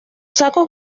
sacos